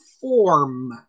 form